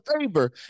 favor